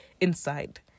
inside